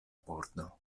pordo